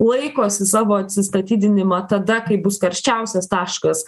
laikosi savo atsistatydinimą tada kai bus karščiausias taškas